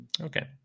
Okay